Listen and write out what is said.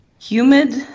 Humid